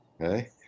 Okay